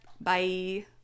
bye